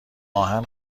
آهن